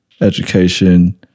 education